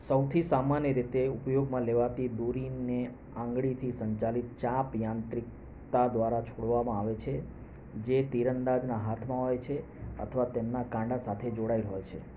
સૌથી સામાન્ય રીતે ઉપયોગમાં લેવાતી દોરીને આંગળીથી સંચાલિત ચાંપ યાંત્રિકતા દ્વારા છોડવામાં આવે છે જે તીરંદાજના હાથમાં હોય છે અથવા તેમના કાંડા સાથે જોડાએલ હોય છે